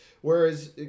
whereas